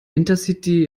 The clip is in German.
intercity